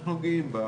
ואנחנו גאים בה.